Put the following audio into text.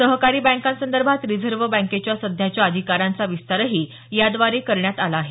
सहकारी बँकांसदर्भात रिझर्व बँकेच्या सध्याच्या अधिकारांचा विस्तारही याद्वारे करण्यात आला आहे